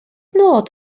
nod